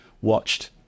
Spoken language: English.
watched